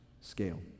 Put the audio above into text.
scale